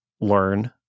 learn